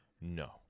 No